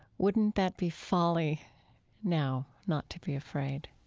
wouldn't that be folly now not to be afraid?